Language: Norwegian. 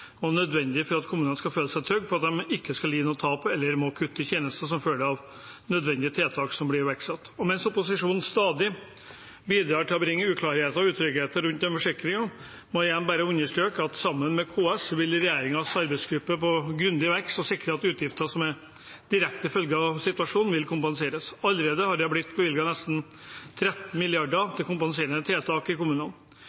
kommunene skal føle seg trygge på at de ikke skal lide noe tap eller må kutte i tjenester som følge av nødvendige tiltak som blir iverksatt. Mens opposisjonen stadig bidrar til å bringe uklarheter og utryggheter rundt denne forsikringen, må jeg igjen bare understreke at sammen med KS vil regjeringens arbeidsgruppe gå grundig til verks og sikre at utgifter som følger direkte av situasjonen, vil kompenseres. Det er allerede bevilget nesten 13